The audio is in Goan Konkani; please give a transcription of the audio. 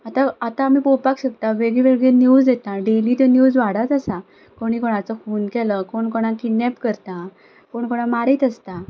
आतां आतां आमी पळोवपाक शकता वेगळीवेगळी निव्ज येता डेली ते निव्ज वाडत आसा कोणी कोणाचो खून केलो कोण कोणाक किडनेप करता कोण कोणाक मारीत आसता